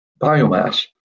biomass